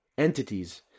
Entities